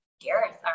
Gareth